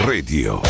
Radio